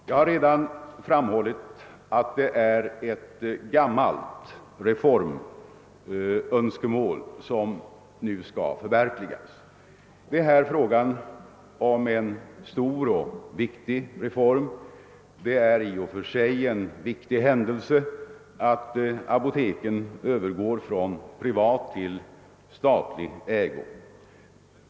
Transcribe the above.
Jag har redan framhållit att det är ett gammalt reformönskemål som nu skall förverkligas. Det är här fråga om en stor och viktig reform. Det är i och för sig en viktig händelse att apoteken övergår från privat till statlig ägo.